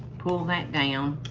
pull that down.